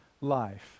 life